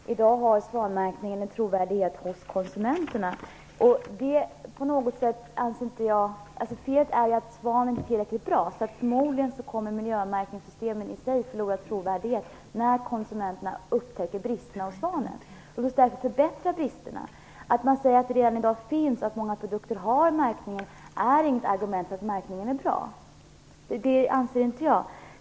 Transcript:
Fru talman! Jag vet att det i dag är många varor som har svanmärkningen. I dag har svanmärkningen en trovärdighet hos konsumenterna. Felet är att svanen inte är tillräckligt bra. Förmodligen kommer miljömärkningssystemen i sig att förlora trovärdighet när konsumenterna upptäcker bristerna med svanmärkningen. Just därför måste man förbättra bristerna. Att det redan i dag finns många produkter som har märkning är inget argument för att märkningen är bra. Det anser inte jag.